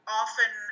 often